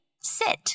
sit